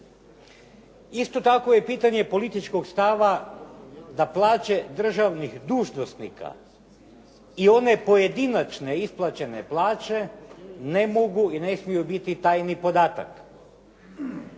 Isto tako je pitanje političkog stava da plaće državnih dužnosnika i one pojedinačne isplaćene plaće ne mogu i ne smiju biti tajni podatak